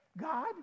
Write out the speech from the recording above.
God